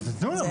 אז תנו לה.